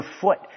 foot